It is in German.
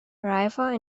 river